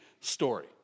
story